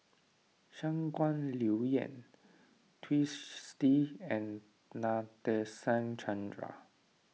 Shangguan Liuyun Twisstii and Nadasen Chandra